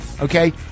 okay